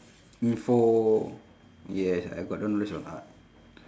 info yes I got no knowledge on art